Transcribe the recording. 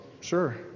Sure